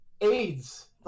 AIDS